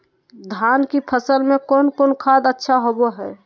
धान की फ़सल में कौन कौन खाद अच्छा होबो हाय?